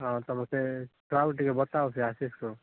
ହଁ ତମର ସେ ଟିକିଏ ବତାଅ ସେ ଆଶିଷକୁ